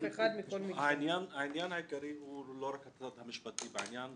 העניין העיקרי הוא לא רק הצד המשפטי בעניין.